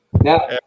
now